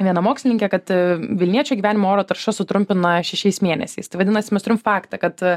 viena mokslininkė kad vilniečiai gyvenimo oro tarša sutrumpina šešiais mėnesiais tai vadinasi mes turim faktą kad